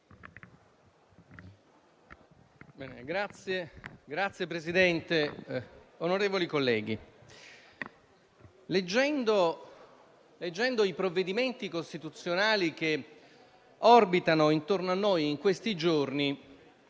Signor Presidente, onorevoli colleghi, leggendo i provvedimenti costituzionali che orbitano intorno a noi in questi giorni,